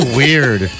weird